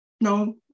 No